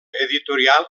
editorial